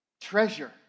Treasure